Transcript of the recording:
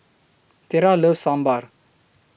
Tera loves Sambar